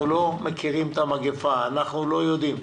אנחנו לא מכירים את המגפה, אנחנו לא יודעים.